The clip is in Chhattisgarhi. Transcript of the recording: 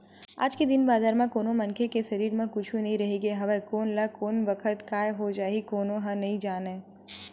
आज के दिन बादर म कोनो मनखे के सरीर म कुछु नइ रहिगे हवय कोन ल कोन बखत काय हो जाही कोनो ह नइ जानय